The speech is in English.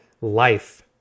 life